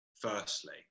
firstly